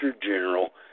General